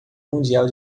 mundial